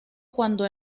cuando